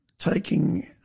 taking